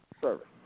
service